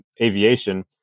aviation